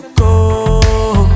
go